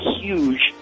huge